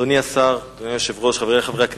אדוני השר, אדוני היושב-ראש, חברי חברי הכנסת,